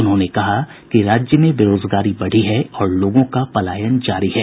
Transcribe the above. उन्होंने कहा कि राज्य में बेरोजगारी बढ़ी है और लोगों का पलायन जारी है